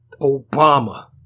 Obama